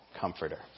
comforter